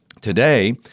Today